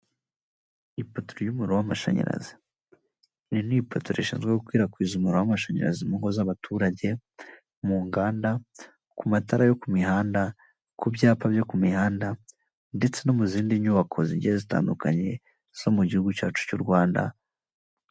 Ipoto ry'umuriro w'amashanyarazi, iri ni ipato rishinzwe gukwirakwiza umuriro w'amashanyarazi mu ngo z'abaturage, mu nganda, ku matara yo ku mihanda, ku byapa byo ku mihanda ndetse no mu zindi nyubako zigiye zitandukanye zo mu gihugu cyacu cy'u Rwanda.